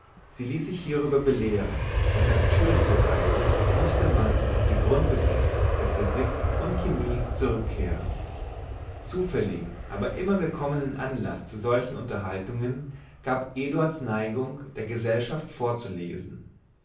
sie ließ sich hierüber belehren und natürlicherweise mußte man auf die grundbegriffe der physik und chemie zurückgehen zufälligen aber immer willkommenen anlaß zu solchen unterhaltungen gab eduards neigung der gesellschaft vorzulesen